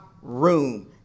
Room